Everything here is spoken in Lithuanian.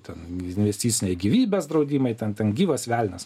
ten investiciniai gyvybės draudimai ten ten gyvas velnias